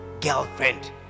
girlfriend